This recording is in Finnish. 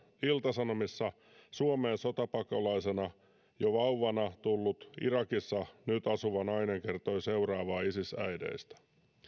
ilta sanomissa suomeen sotapakolaisena jo vauvana tullut irakissa nyt asuva nainen kertoi seuraavaa isis äideistä